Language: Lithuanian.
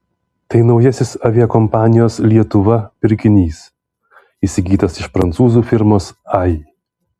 tai naujasis aviakompanijos lietuva pirkinys įsigytas iš prancūzų firmos ai